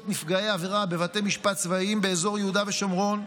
נפגעי עבירה בבתי משפט צבאיים באזור יהודה ושומרון",